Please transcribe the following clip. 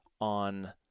on